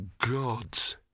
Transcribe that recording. gods